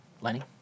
Lenny